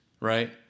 right